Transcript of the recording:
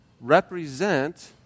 represent